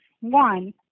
One